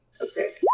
Okay